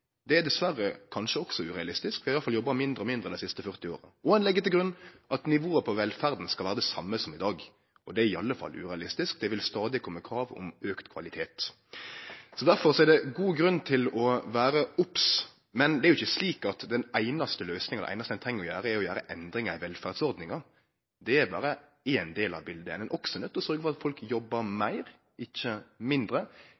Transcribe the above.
Det er dessverre kanskje også urealistisk – vi har iallfall jobba mindre og mindre dei siste 40 åra. Ein legg også til grunn at nivået på velferda skal vere det same som i dag. Det er iallfall urealistisk. Det vil stadig komme krav om auka kvalitet. Derfor er det god grunn til å vere obs. Men det er ikkje slik at den einaste løysinga, det einaste ein treng å gjere, er å gjere endringar i velferdsordningar. Det er berre ein del av biletet. Ein er også nøydd til å sørgje for at folk jobbar meir, ikkje mindre.